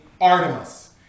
artemis